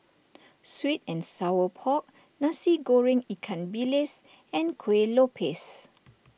Sweet and Sour Pork Nasi Goreng Ikan Bilis and Kuih Lopes